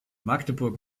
magdeburg